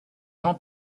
jean